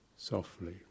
Softly